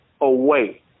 away